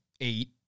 eight